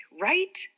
right